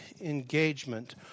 engagement